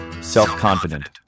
self-confident